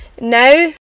now